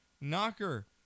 Knocker